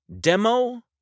demo